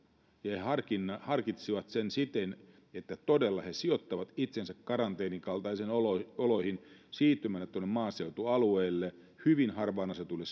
ja he harkitsivat sen siten että he todella sijoittavat itsensä karanteenin kaltaisiin oloihin oloihin siirtymällä tuonne maaseutualueille hyvin harvaan asutuille